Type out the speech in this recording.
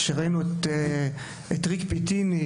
וראינו את ריק פטיני,